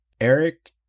Eric